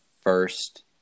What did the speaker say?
first